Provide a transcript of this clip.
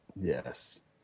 Yes